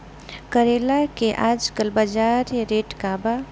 करेला के आजकल बजार रेट का बा?